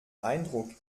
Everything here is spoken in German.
eindruck